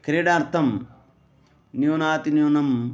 क्रीडार्थं न्यूनातिन्यूनम्